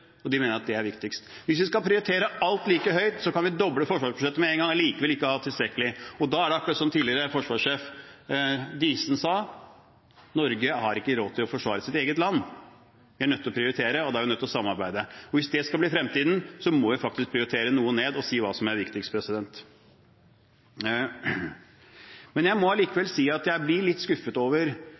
og de mener at det er viktigst. Hvis vi skal prioritere alt like høyt, kan vi doble forsvarsbudsjettet med en gang, og likevel ikke ha tilstrekkelig, og da er det akkurat som tidligere forsvarssjef Diesen sa, at Norge ikke har råd til å forsvare sitt eget land. Vi er nødt til å prioritere, og da er vi nødt til å samarbeide. Hvis det skal bli fremtiden, må vi faktisk prioritere noe ned og si hva som er viktigst. Jeg må likevel si at jeg blir litt skuffet over